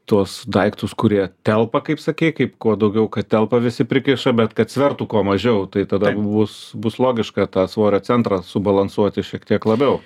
tuos daiktus kurie telpa kaip sakei kaip kuo daugiau kad telpa visi prikiša bet kad svertų kuo mažiau tai tada bus bus logiška tą svorio centrą subalansuoti šiek tiek labiau